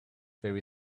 very